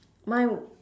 mine